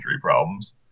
problems